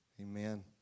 amen